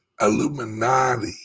Illuminati